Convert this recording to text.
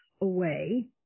away